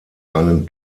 einen